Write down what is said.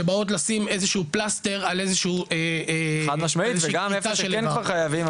שבאות לשים איזה שהוא פלסטר --- חד משמעית וגם איפה שכן כבר חייבים,